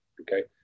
Okay